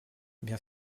bien